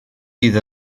bydd